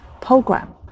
program